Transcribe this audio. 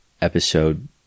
episode